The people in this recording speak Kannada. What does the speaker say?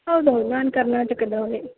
ಹೌದೌದು ನಾನು ಕರ್ನಾಟಕದವಳೆ